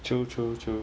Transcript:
true true true